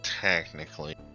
technically